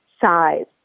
size